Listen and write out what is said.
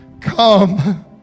come